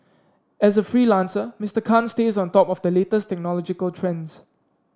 as a freelancer Mister Khan stays on top of the latest technological trends